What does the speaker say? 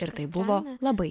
ir tai buvo labai